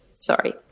Sorry